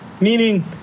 Meaning